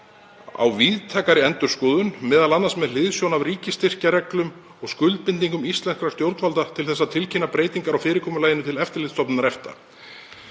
á víðtækari endurskoðun, m.a. með hliðsjón af ríkisstyrkjareglum og skuldbindingu íslenskra stjórnvalda til þess að tilkynna breytingar á fyrirkomulaginu til Eftirlitsstofnunar EFTA“.